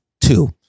two